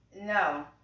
No